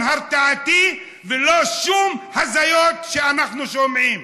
הרתעתי ולא שום הזיות שאנחנו שומעים.